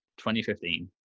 2015